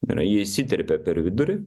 ir jie įsiterpė per vidurį